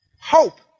hope